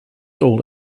all